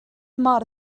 mor